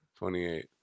28